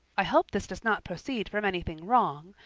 i hope this does not proceed from anything wrong,